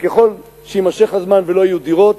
ככל שיימשך הזמן ולא יהיו דירות,